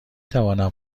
توانم